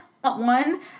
one